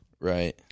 Right